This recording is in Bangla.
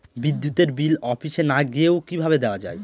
বিদ্যুতের বিল অফিসে না গিয়েও কিভাবে দেওয়া য়ায়?